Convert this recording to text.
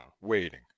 waiting